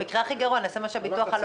במקרה הכי גרוע נעשה מה שהביטוח הלאומי